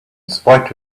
spite